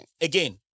Again